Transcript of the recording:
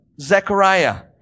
zechariah